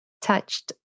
touched